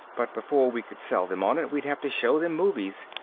but before we could sell them on it, we'd have to show them movies.